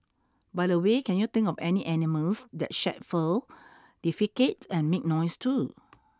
by the way can you think of any animals that shed fur defecate and make noise too